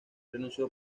renunció